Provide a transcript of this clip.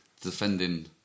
defending